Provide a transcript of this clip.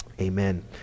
amen